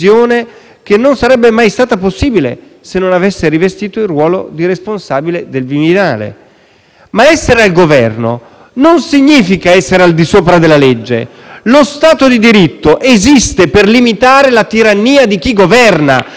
Ma essere al Governo non significa essere al di sopra della legge. Lo Stato di diritto esiste per limitare la tirannia di chi governa: dove starebbe altrimenti la differenza fra lo Stato di diritto e lo Stato assoluto?